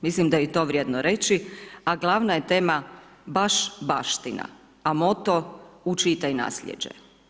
Mislim da je i to vrijedno reći, a glavna je tema baš baština, a moto Učitaj nasljeđe.